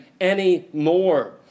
anymore